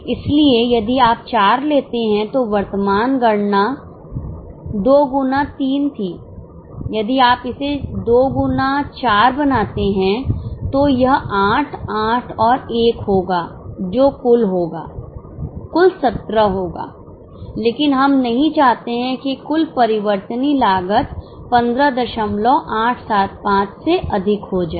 इसलिए यदि आप 4 लेते हैं तो वर्तमान गणना 2 गुना 3 थी यदि आप इसे 2 गुना 4 बनाते हैं तो यह 8 8 और 1 होगा जो कुल होगा कुल 17 होगा लेकिन हम नहीं चाहते हैं कि कुल परिवर्तनीय लागत 15875 से अधिक हो जाए